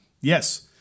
Yes